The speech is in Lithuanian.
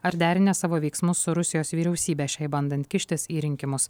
ar derinę savo veiksmus su rusijos vyriausybe šiai bandant kištis į rinkimus